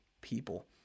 people